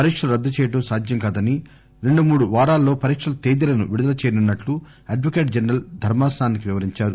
పరీక్షలు రద్దు చేయటం సాధ్యం కాదని రెండు మూడు వారాల్లో పరీక్షల తేదీలను విడుదల చేయనున్నట్లు అడ్వకేట్ జనరల్ ధర్మాసనానికి వివరించారు